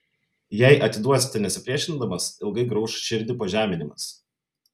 jei atiduosite nesipriešindamas ilgai grauš širdį pažeminimas